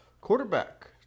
Quarterback